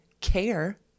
care